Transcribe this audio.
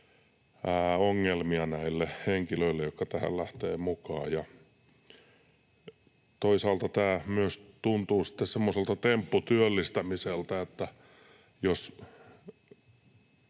ongelmia näille henkilöille, jotka tähän lähtevät mukaan. Toisaalta tämä myös tuntuu semmoiselta tempputyöllistämiseltä, jos